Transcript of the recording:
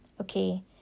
Okay